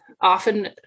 Often